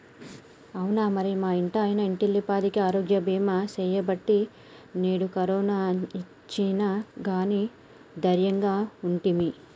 అవునా మరి మా ఇంటాయన ఇంటిల్లిపాదికి ఆరోగ్య బీమా సేయబట్టి నేడు కరోనా ఒచ్చిన గానీ దైర్యంగా ఉంటిమి